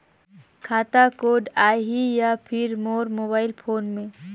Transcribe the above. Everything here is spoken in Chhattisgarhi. खाता कोड आही या फिर मोर मोबाइल फोन मे?